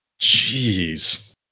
Jeez